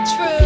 True